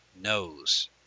knows